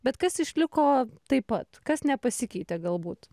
bet kas išliko taip pat kas nepasikeitė galbūt